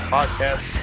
Podcast